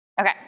Okay